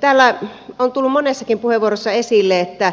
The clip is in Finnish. täällä on tullut monessakin puheenvuorossa esille että